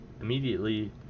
immediately